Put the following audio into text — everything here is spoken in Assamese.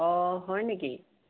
অ হয় নেকি